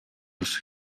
тус